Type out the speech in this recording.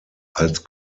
als